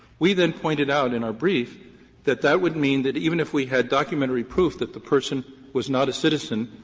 we then pointed out in our brief that that would mean that even if we had documentary proof that the person was not a citizen,